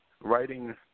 writing